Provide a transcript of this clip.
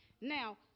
Now